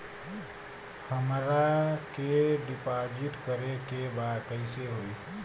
हमरा के डिपाजिट करे के बा कईसे होई?